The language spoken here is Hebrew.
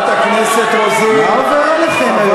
מה עובר עליכם היום?